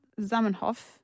Zamenhof